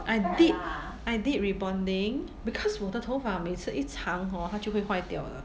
I did I did rebonding because 我的头发每次一长 hor 它就会坏掉了